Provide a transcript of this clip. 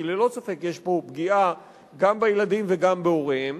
כי ללא ספק יש פה פגיעה גם בילדים וגם בהוריהם,